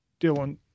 Dylan